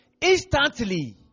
Instantly